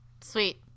Sweet